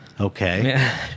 Okay